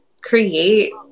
create